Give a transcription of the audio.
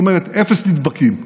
זאת אומרת אפס נדבקים,